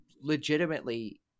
legitimately